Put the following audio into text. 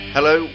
Hello